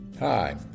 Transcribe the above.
Hi